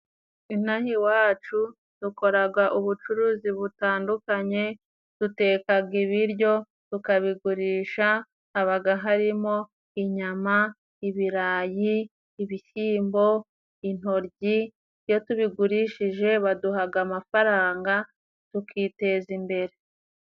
Inaha iwacu dukoraga ubucuruzi butandukanye dutekaga ibiryo tukabigurisha habaga harimo inyama, ibirayi, ibishyimbo, intoryi iyo tubigurishije baduhaga amafaranga tukiteza imbere.